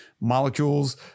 molecules